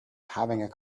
having